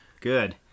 good